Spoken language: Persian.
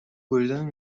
بریدن